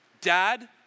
Dad